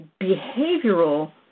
behavioral